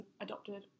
adopted